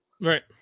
Right